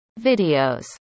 videos